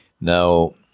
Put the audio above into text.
Now